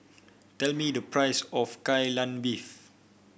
tell me the price of Kai Lan Beef